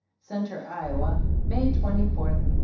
center, iowa, may twenty fourth,